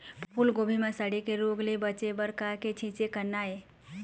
फूलगोभी म सड़े के रोग ले बचे बर का के छींचे करना ये?